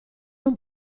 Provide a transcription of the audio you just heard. non